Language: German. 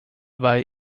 bei